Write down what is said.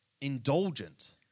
indulgent